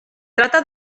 trata